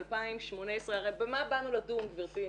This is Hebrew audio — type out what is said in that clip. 2018. הרי במה באנו לדון גברתי?